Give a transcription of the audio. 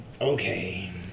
Okay